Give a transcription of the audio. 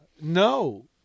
No